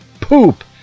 poop